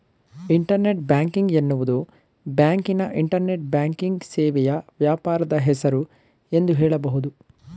internet banking ಎನ್ನುವುದು ಬ್ಯಾಂಕಿನ internet banking ಸೇವೆಯ ವ್ಯಾಪಾರದ ಹೆಸರು ಎಂದು ಹೇಳಬಹುದು